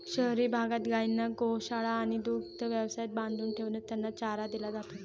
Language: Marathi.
शहरी भागात गायींना गोशाळा आणि दुग्ध व्यवसायात बांधून ठेवूनच त्यांना चारा दिला जातो